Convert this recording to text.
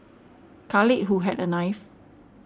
Khalid who had a knife